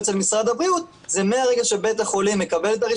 כמה בתי חולים יש בתל